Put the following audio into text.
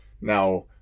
now